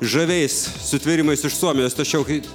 žaviais sutvėrimais iš suomijos tačiau kai